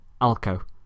Alco